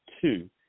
two